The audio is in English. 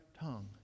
tongue